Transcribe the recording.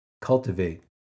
cultivate